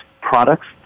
products